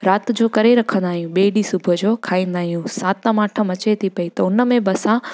राति जो करे रखंदा आहियूं ॿिए ॾींहुं सुबुह जो खाईंदा आहियूं सात माठ मचे थी पई त हुन में बि असां